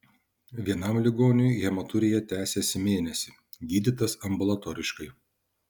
vienam ligoniui hematurija tęsėsi mėnesį gydytas ambulatoriškai